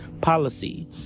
policy